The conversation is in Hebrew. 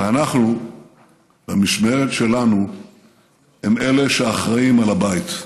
ואנחנו במשמרת שלנו אלה שאחראים לבית.